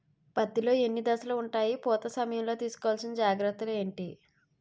పత్తి లో ఎన్ని దశలు ఉంటాయి? పూత సమయం లో తీసుకోవల్సిన జాగ్రత్తలు ఏంటి?